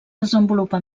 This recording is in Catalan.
desenvolupa